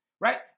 right